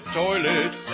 toilet